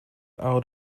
out